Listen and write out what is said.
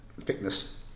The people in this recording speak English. thickness